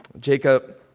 Jacob